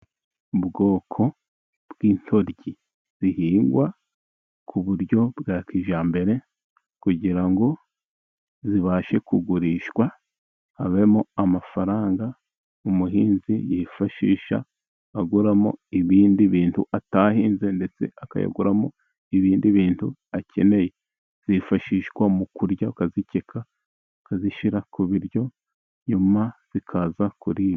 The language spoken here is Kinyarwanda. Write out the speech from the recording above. Mu ubwoko bw'intoryi zihingwa ku buryo bwa kijyambere kugira ngo zibashe kugurishwa havemo amafaranga umuhinzi yifashisha aguramo ibindi bintu atahinze . Ndetse akayaguramo ibindi bintu akeneye. Zifashishwa mu kurya, akazikeka akazishyira ku biryo, nyuma bikaza kuribwa.